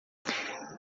terra